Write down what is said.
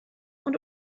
und